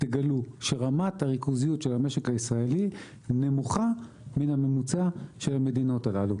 שרמת הריכוזיות של המשק הישראלי נמוכה מהממוצע של המדינות הללו.